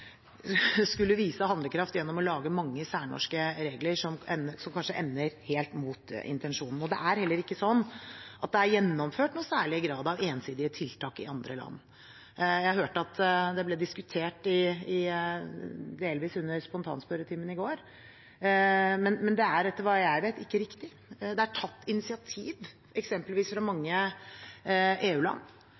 skulle vise handlekraft gjennom å lage mange særnorske regler som kanskje ender med at man går helt mot intensjonen. Det er heller ikke slik at det i noen særlig grad er gjennomført ensidige tiltak i andre land. Jeg hørte at det ble diskutert delvis under spontanspørretimen i går, men det er, etter hva jeg vet, ikke riktig. Det er tatt initiativ, eksempelvis fra mange